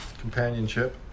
companionship